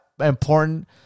important